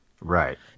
Right